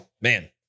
man